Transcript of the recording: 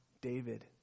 David